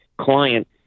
client